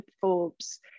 Forbes